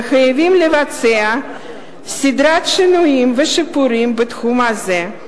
וחייבים לבצע סדרת שינויים ושיפורים בתחום הזה.